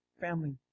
family